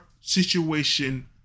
situation